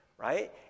right